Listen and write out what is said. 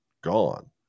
gone